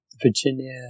Virginia